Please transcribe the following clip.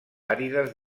àrides